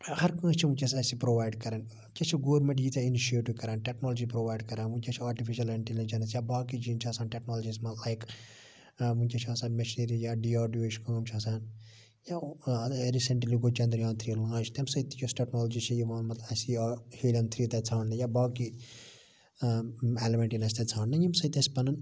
ہر کٲنٛسہِ چھِ ونٛکیٚس اَسہِ پرووایڈ کَران ییٚکیاہ چھ گارمیٚنٹ ییٖتیاہ اِنِشیٹِو کَران ٹیٚکنالجی پرووایڈ کَران ونٛکیٚس چھ آٹِفِشل اِنٹیٚلِجَنس یا باقٕے چیٖز چھِ آسان ٹیٚکنالجیَس مَنٛز لایک ونٛکیٚس چھِ آسان میٚشیٖنٔری یا ڈِیاڈُوٕچ کٲم چھِ آسان یا ریٖسنٹلی گوٚو چَندرِیان تھری لانٛچ تمہِ سۭتۍ تہِ یۄس ٹیٚکنالجی چھِ یِوان مَطلَب اَسہِ یِیہِ ہیلن تھیٖٹا ژھانٛڑنہٕ یا باقٕے ایٚلمیٚنٹ یِن اَسہِ تَتہِ ژھانٛڑنہِ یمہِ سۭتۍ اَسہِ پَنُن